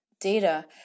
data